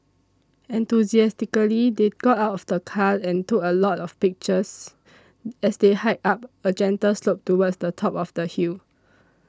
enthusiastically they got out of the car and took a lot of pictures as they hiked up a gentle slope towards the top of the hill